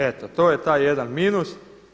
Eto to je taj jedan minus.